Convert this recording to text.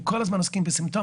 אומרת,